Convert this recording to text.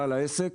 העסק